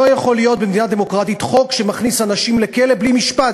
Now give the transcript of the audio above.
לא יכול להיות במדינה דמוקרטית חוק שמכניס אנשים לכלא בלי משפט.